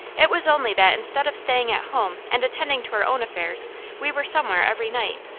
it was only that instead of staying at home and attending to our own affairs we were somewhere every night,